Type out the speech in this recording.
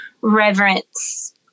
reverence